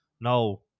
Now